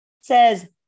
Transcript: Says